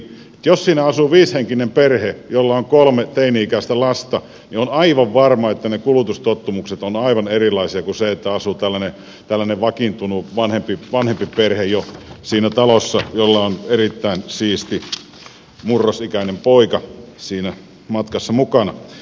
jos siinä asuu viisihenkinen perhe jolla on kolme teini ikäistä lasta niin on aivan varma että ne kulutustottumukset ovat aivan erilaisia kuin silloin jos siinä talossa asuu tällainen jo vakiintunut vanhempi perhe jolla on erittäin siisti murrosikäinen poika siinä matkassa mukana